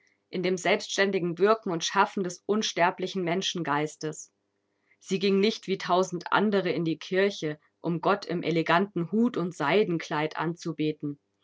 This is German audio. in dem selbständigen wirken und schaffen des unsterblichen menschengeistes sie ging nicht wie tausend andere in die kirche um gott im eleganten hut und seidenkleid anzubeten